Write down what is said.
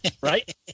Right